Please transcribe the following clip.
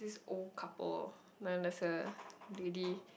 this old couple then there's a lady